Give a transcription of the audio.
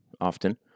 often